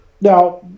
Now